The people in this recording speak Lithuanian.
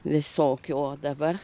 visokių o dabar